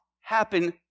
happen